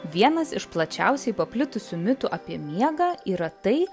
vienas iš plačiausiai paplitusių mitų apie miegą yra tai